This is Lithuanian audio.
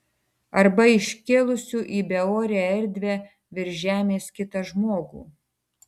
arba iškėlusių į beorę erdvę virš žemės kitą žmogų